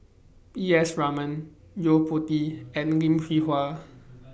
E S Raman Yo Po Tee and Lim Hwee Hua